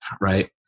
right